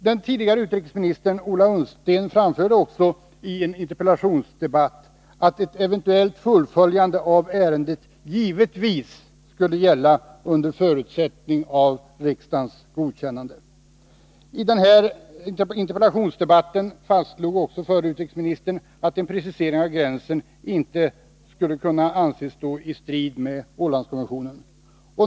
Den tidigare utrikesministern Ola Ullsten framförde också i en interpellationsdebatt, att ett eventuellt fullföljande av ärendet givetvis skulle gälla under förutsättning av riksdagens godkännande. I denna interpellationsdebatt fastslogs också av förre utrikesministern att en precisering av gränsen inte kunde anses stå i strid med Ålandskonventionen.